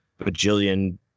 bajillion